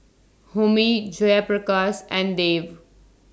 Homi Jayaprakash and Dev